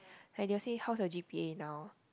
like they will say how's your g_p_a now